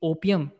Opium